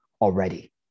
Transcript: already